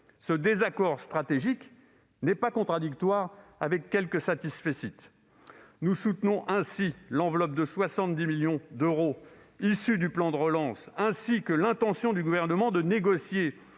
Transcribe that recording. Ce désaccord stratégique n'est pas contradictoire avec quelques satisfecit. Nous soutenons ainsi l'enveloppe de 70 millions d'euros issue du plan de relance, ainsi que l'intention du Gouvernement de négocier